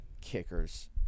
Kickers